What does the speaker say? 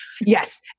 Yes